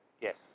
Yes